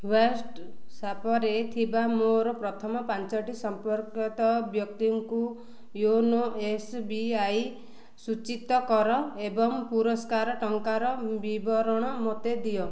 ହ୍ଵାଟ୍ସାପରେ ଥିବା ମୋର ପ୍ରଥମ ପାଞ୍ଚଟି ସମ୍ପର୍କିତ ବ୍ୟକ୍ତିଙ୍କୁ ୟୁନୋ ଏସ୍ ବି ଆଇ ସୂଚିତ କର ଏବଂ ପୁରସ୍କାର ଟଙ୍କାର ବିବରଣ ମୋତେ ଦିଅ